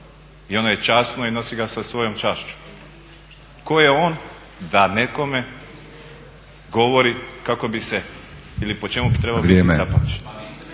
i ono je časno i nosi ga sa svojom čašću. Tko je on da nekome govori kako bi se ili po čemu bi trebao biti zapamćen?